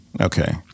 Okay